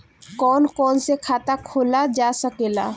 कौन कौन से खाता खोला जा सके ला?